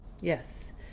Yes